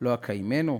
לא אקיימנו?